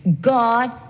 God